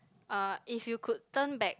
uh if you could turn back